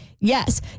Yes